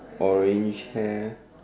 orange hair